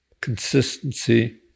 consistency